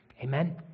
Amen